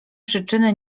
przyczyny